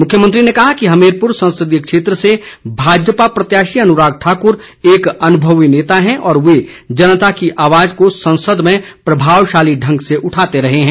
मुख्यमंत्री ने कहा कि हमीरपुर संसदीय क्षेत्र से भाजपा प्रत्याशी अनुराग ठाकर एक अनुभवी नेता हैं और वे जनता की आवाज़ को संसद में प्रभावशाली ढंग से उठाते रहे हैं